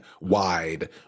wide